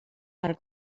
per